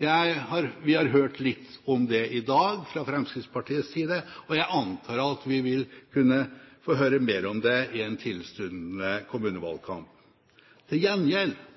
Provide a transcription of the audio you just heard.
Vi har hørt litt om det i dag fra Fremskrittspartiets side, og jeg antar at vi vil kunne få høre mer om det i en tilstundende kommunevalgkamp. Til gjengjeld